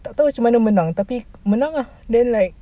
tak tahu macam mana menang tapi menang lah then like